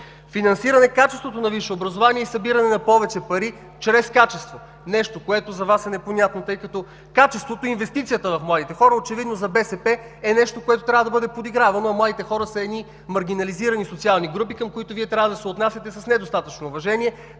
Финансиране качеството на висшето образование и събиране на повече пари чрез качество – нещо, което за Вас е непонятно, тъй като качеството, инвестицията в младите хора очевидно за БСП е нещо, което трябва да бъде подигравано, а младите хора са маргинализирани социални групи, към които Вие трябва да се отнасяте с недостатъчно уважение,